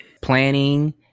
Planning